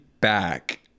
back